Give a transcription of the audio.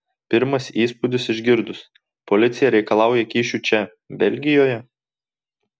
pirmas įspūdis išgirdus policija reikalauja kyšių čia belgijoje